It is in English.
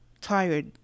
tired